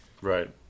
right